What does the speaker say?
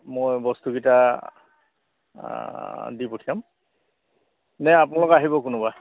মই বস্তুকেইটা দি পঠিয়াম নে আপোনালোক আহিব কোনোবা